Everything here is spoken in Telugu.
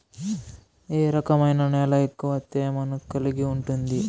ఏ రకమైన నేల ఎక్కువ తేమను కలిగి ఉంటుంది?